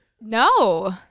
No